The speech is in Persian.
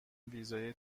ویزای